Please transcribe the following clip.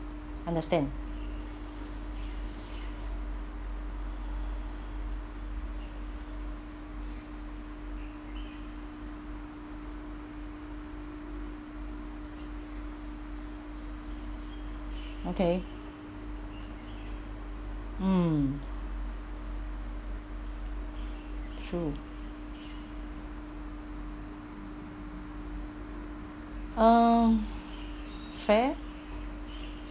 understand okay mm true um fair